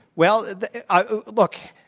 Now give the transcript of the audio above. well look,